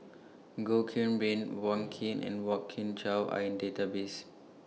Goh Qiu Bin Wong Keen and Kwok Kian Chow Are in Database